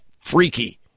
freaky